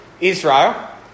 Israel